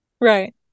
Right